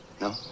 No